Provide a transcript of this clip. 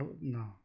no